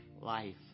life